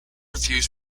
reviews